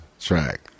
track